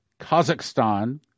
Kazakhstan